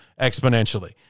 exponentially